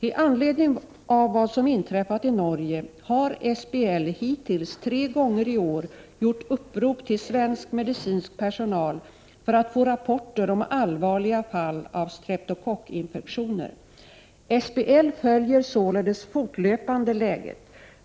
I anledning av vad som inträffat i Norge har SBL hittills tre gånger i år gjort upprop till svensk medicinsk personal för att få rapporter om allvarliga fall av streptokockinfektioner. SBL följer således fortlöpande läget.